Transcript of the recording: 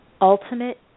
Ultimate